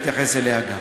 אתייחס אליה גם.